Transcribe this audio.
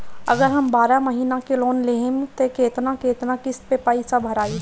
अगर हम बारह महिना के लोन लेहेम त केतना केतना किस्त मे पैसा भराई?